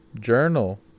Journal